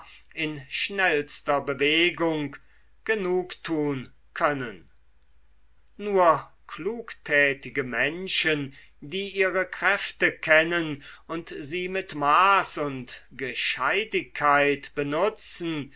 in schnellster bewegung genugtun können nur klugtätige menschen die ihre kräfte kennen und sie mit maß und gescheidigkeit benutzen